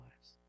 lives